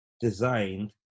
designed